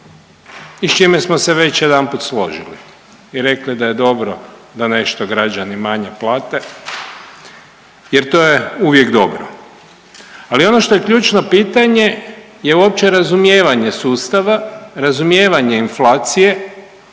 i s čime smo se već jedanput složili i rekli da je dobro da nešto građani manje plate jer to je uvijek dobro. Ali ono što je ključno pitanje je uopće razumijevanje sustava, razumijevanje inflacije